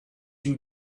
you